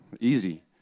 easy